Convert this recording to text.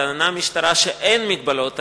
טענה המשטרה שאין המגבלות האלה,